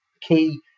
key